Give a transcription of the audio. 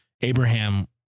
Abraham